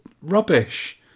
rubbish